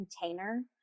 container